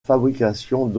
fabrication